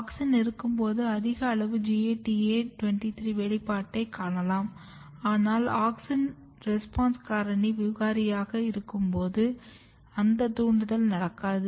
auxin இருக்கும்போது அதிக அளவு GATA23 வெளிப்பாட்டைக் காணலாம் ஆனால் ஆக்ஸின் ரெஸ்பான்ஸ் காரணி விகாரியாக இருக்கும்போது இந்த தூண்டுதல் நடக்காது